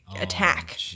attack